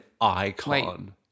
icon